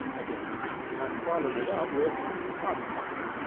again and followed it up with humbug.